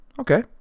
Okay